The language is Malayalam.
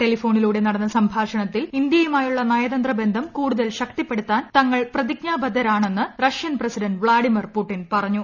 ടെലിഫോണിലൂടെ നടന്ന സഭാഷണത്തിൽ ഇന്ത്യുമായുള്ള നയതന്ത്ര ബന്ധം കൂടുതൽ ശക്തിപ്പെടുത്താൻ തങ്ങൾ പ്രതിജ്ഞാബദ്ധരാണെന്ന് റഷ്യൻ പ്രസിഡന്റ് വ്ളാഡിമർ പുടിൻ പറഞ്ഞു